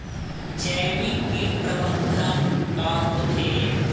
जैविक कीट प्रबंधन का होथे?